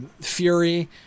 fury